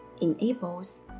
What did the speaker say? enables